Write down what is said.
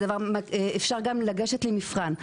אפשר גם לגשת למבחן.